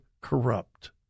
corrupt